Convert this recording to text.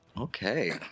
Okay